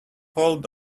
hold